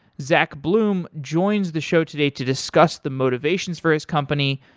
zack bloom joins the show today to discuss the motivations for his company,